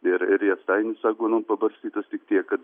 ir riestainis aguonų pabarstytas tik tiek kad